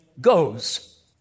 goes